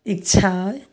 इच्छा अछि